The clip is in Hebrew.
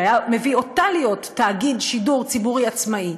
שהיה מביא אותה להיות תאגיד שידור ציבורי עצמאי.